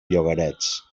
llogarets